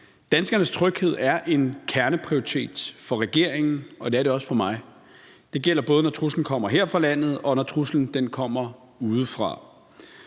Danskernes tryghed er en kerneprioritet for regeringen, og det er det også for mig. Det gælder både, når truslen kommer her fra landet, og når truslen kommer udefra.